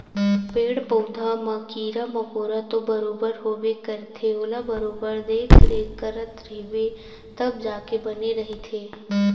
पेड़ पउधा म कीरा मकोरा तो बरोबर होबे करथे ओला बरोबर देखरेख करत रहिबे तब जाके बने रहिथे